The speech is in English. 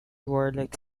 warlike